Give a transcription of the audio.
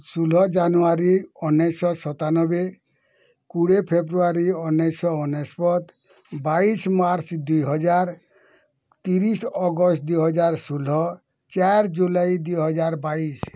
ଷୋହଳ ଜାନୁୟାରୀ ଉଣେଇଶିଶହ ସତାନବେ କୋଡ଼ିଏ ଫେବୃୟାରୀ ଉଣେଇଶ ଅନେଶତ ବାଇଶି ମାର୍ଚ୍ଚ ଦୁଇ ହଜାର ତିରିଶି ଅଗଷ୍ଟ ଦୁଇ ହଜାର ଷୋହଳ ଚାରି ଜୁଲାଇ ଦୁଇ ହଜାର ବାଇଶି